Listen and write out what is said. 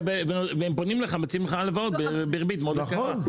והם פונים אליך ומציעים לך הלוואות בריבית מאוד יקרה.